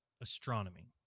astronomy